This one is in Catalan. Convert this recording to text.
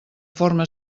forma